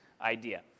idea